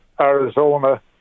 Arizona